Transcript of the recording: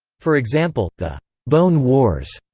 for example, the bone wars,